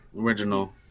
original